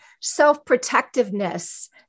self-protectiveness